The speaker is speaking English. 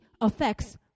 affects